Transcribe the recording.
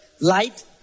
light